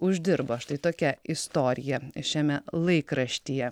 uždirba štai tokia istorija šiame laikraštyje